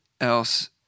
else